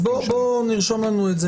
בואו נרשום לנו את זה